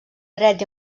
dret